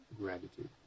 gratitude